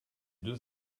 deux